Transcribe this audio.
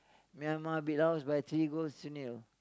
Myanmar beat Laos by three goals to nil